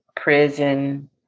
prison